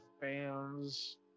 fans